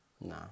No